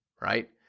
right